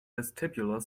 vestibular